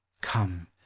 Come